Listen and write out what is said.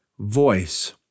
Voice